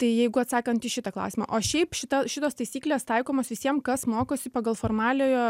tai jeigu atsakant į šitą klausimą o šiaip šita šitos taisyklės taikomos visiem kas mokosi pagal formaliojo